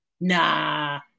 nah